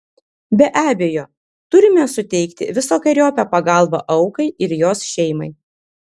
be abejo turime suteikti visokeriopą pagalbą aukai ir jos šeimai